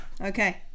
Okay